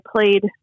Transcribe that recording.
played